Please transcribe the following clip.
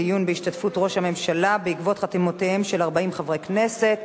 דיון בהשתתפות ראש הממשלה בעקבות חתימותיהם של 40 חברי הכנסת.